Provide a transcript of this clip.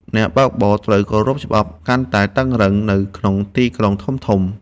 អ្នកបើកបរត្រូវគោរពច្បាប់កាន់តែតឹងរ៉ឹង នៅក្នុងទីក្រុងធំៗ។